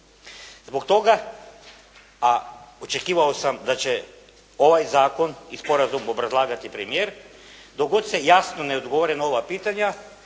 Zbog toga, a očekivao sam da će ovaj zakon i sporazum obrazlagati premijer, dok god se jasno ne odgovori na ova pitanja